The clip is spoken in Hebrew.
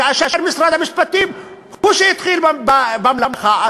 כאשר משרד המשפטים הוא שהתחיל במצווה.